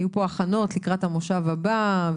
היו פה הכנות לקראת המושב הבא,